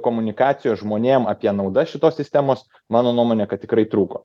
komunikacijos žmonėm apie naudas šitos sistemos mano nuomone kad tikrai trūko